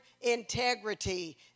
integrity